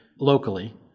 locally